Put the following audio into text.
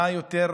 מאה אחוז.